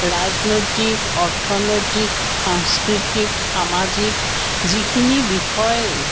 ৰাজনৈতিক অৰ্থনৈতিক সাংস্কৃতিক সামাজিক যিখিনি বিষয়